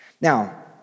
Now